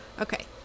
Okay